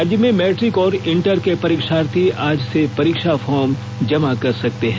राज्य में मैट्रिक और इंटर के परीक्षार्थी आज से परीक्षा फॉर्म जमा कर सकते हैं